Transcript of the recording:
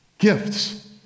gifts